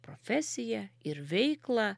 profesiją ir veiklą